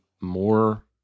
more